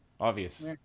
Obvious